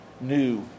new